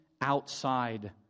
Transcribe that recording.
outside